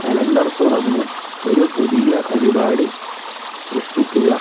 calendar തുറന്ന് ഒരു പുതിയ പരിപാടി സൃഷ്ടിക്കുക